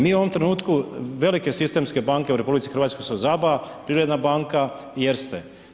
Mi u ovom trenutku, velike sistemske banke u RH su ZABA, Privredna banka i ERSTE.